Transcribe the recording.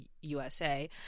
usa